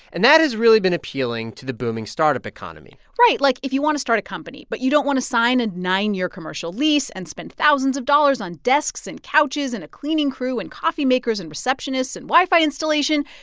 and that has really been appealing to the booming startup economy right. like, if you want to start a company but you don't want to sign a nine year commercial lease and spend thousands of dollars on desks and couches and a cleaning crew and coffee makers and receptionists and wi-fi installation,